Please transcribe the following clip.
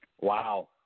Wow